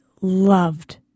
loved